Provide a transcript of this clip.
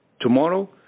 Tomorrow